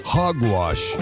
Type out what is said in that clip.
hogwash